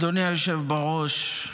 אדוני היושב-ראש,